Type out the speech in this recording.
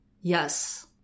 Yes